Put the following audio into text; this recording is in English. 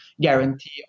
guarantee